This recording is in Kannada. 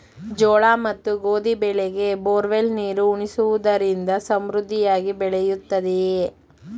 ಜೋಳ ಮತ್ತು ಗೋಧಿ ಬೆಳೆಗೆ ಬೋರ್ವೆಲ್ ನೀರು ಉಣಿಸುವುದರಿಂದ ಸಮೃದ್ಧಿಯಾಗಿ ಬೆಳೆಯುತ್ತದೆಯೇ?